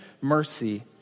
mercy